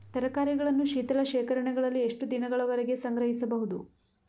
ತರಕಾರಿಗಳನ್ನು ಶೀತಲ ಶೇಖರಣೆಗಳಲ್ಲಿ ಎಷ್ಟು ದಿನಗಳವರೆಗೆ ಸಂಗ್ರಹಿಸಬಹುದು?